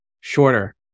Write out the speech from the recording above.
shorter